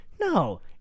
no